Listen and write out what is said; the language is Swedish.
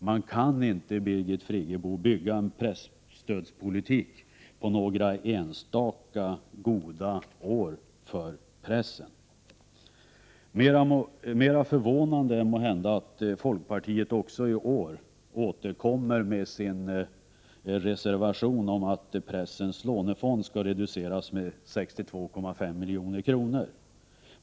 Man kan inte, Birgit Friggebo, bygga en presstödspolitik på några enstaka goda år för pressen. Mera förvånande är måhända att folkpartiet också i år återkommer med sin reservation om att pressens lånefond skall reduceras med 62,5 milj.kr.